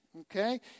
okay